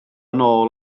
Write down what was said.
nôl